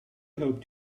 hoped